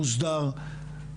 מוסדר,